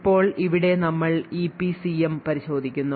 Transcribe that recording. ഇപ്പോൾ ഇവിടെ നമ്മൾ ഇപിസിഎം പരിശോധിക്കുന്നു